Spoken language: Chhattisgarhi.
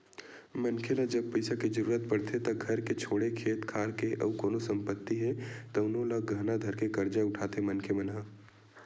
मनखे ल जब पइसा के जरुरत पड़थे त घर के छोड़े खेत खार के अउ कोनो संपत्ति हे तउनो ल गहना धरके करजा उठाथे मनखे मन ह